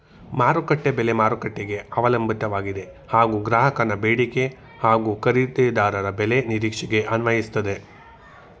ಮಾರುಕಟ್ಟೆ ಬೆಲೆ ಮಾರುಕಟ್ಟೆಗೆ ಅವಲಂಬಿತವಾಗಿದೆ ಹಾಗೂ ಗ್ರಾಹಕನ ಬೇಡಿಕೆ ಹಾಗೂ ಖರೀದಿದಾರರ ಬೆಲೆ ನಿರೀಕ್ಷೆಗೆ ಅನ್ವಯಿಸ್ತದೆ